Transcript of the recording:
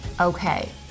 Okay